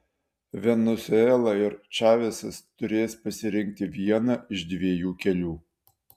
venesuela ir čavesas turės pasirinkti vieną iš dviejų kelių